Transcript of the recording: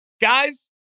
Guys